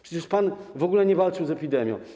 Przecież pan w ogóle nie walczył z epidemią.